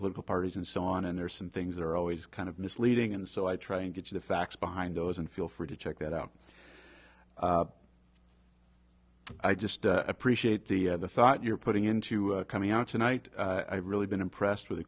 political parties and so on and there are some things that are always kind of misleading and so i try and get to the facts behind those and feel free to check that out i just appreciate the thought you're putting into coming out tonight i've really been impressed with the